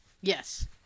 Yes